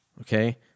okay